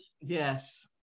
Yes